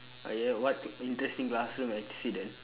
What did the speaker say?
okay what interesting classroom accident